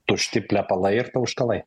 tušti plepalai ir tauškalai